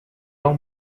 вам